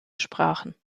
sprachen